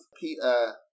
Peter